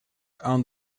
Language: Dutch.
aan